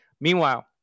Meanwhile